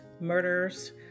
murders